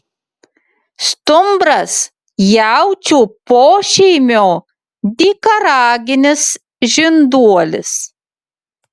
stumbras jaučių pošeimio dykaraginis žinduolis